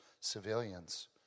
civilians